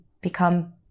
become